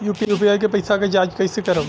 UPI के पैसा क जांच कइसे करब?